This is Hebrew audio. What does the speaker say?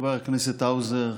חבר הכנסת האוזר,